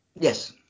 Yes